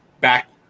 back